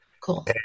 cool